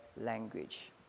language